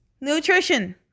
Nutrition